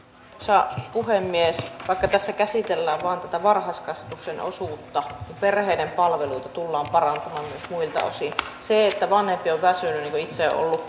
arvoisa puhemies vaikka tässä käsitellään vain tätä varhaiskasvatuksen osuutta perheiden palveluita tullaan parantamaan myös muilta osin kun vanhempi on väsynyt niin kuin itse olen